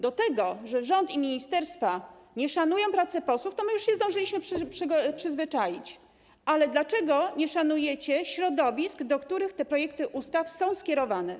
Do tego, że rząd i ministerstwa nie szanują pracy posłów, już zdążyliśmy się przyzwyczaić, ale dlaczego nie szanujecie środowisk, do których te projekty ustaw są skierowane?